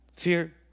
Fear